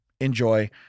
enjoy